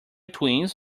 twins